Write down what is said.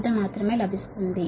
26 మాత్రమే వస్తుంది